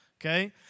Okay